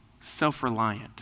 self-reliant